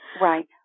Right